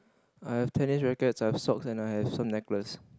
I have tennis racket I have sock and I have sold necklaces